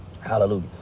Hallelujah